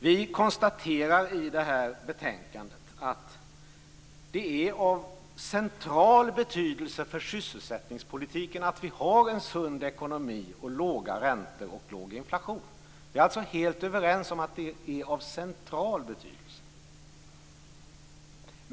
Vi konstaterar i betänkandet att det är av central betydelse för sysselsättningspolitiken att vi har en sund ekonomi, låga räntor och låg inflation. Vi är alltså helt överens om att det är av central betydelse.